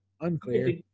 Unclear